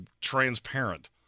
transparent